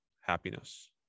happiness